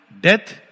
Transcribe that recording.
death